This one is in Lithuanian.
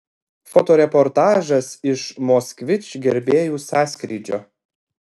fotoreportažas iš moskvič gerbėjų sąskrydžio